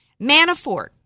Manafort